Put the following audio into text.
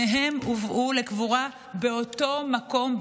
שניהם הובאו לקבורה באותו מקום,